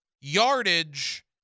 yardage